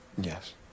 yes